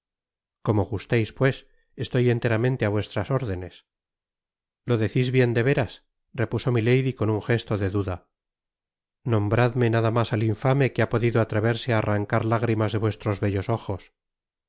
como gusteis pues estoy enteramente á vuestras órdenes lo decis bien de veras repuso milady con un resto de duda nombradme nada mas al infame que ha podido atreverse á arrancar lágrimas de vuestros bellos ojos